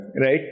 right